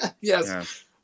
yes